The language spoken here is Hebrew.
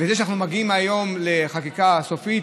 זה שאנחנו מגיעים היום לחקיקה סופית,